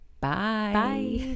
Bye